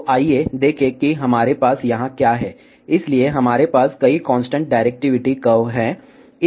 तो आइए देखें कि हमारे पास यहाँ क्या है इसलिए हमारे पास कई कांस्टेंट डायरेक्टिविटी कर्व हैं